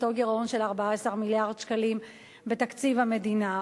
אותו גירעון של 14 מיליארד שקלים בתקציב המדינה.